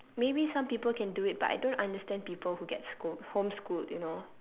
maybe some people can do it but I don't understand people who gets schooled homeschooled you know